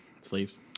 Sleeves